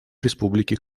республики